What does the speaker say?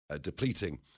depleting –